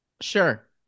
Sure